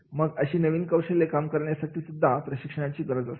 मग कशी नवीन शैलीने काम करण्यासाठी सुद्धा प्रशिक्षणाची गरज असते